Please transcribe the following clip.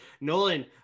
Nolan